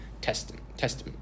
Testament